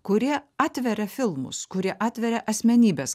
kurie atveria filmus kurie atveria asmenybes